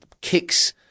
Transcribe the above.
kicks